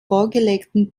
vorgelegten